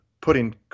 putting